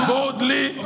Boldly